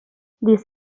this